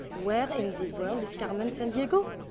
where in the world is carmen san diego?